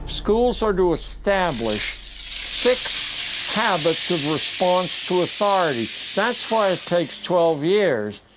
schools are to establish fixed habits of response to authority. that's why it takes twelve years.